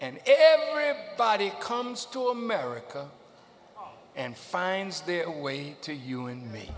every body comes to america and finds their way to you and me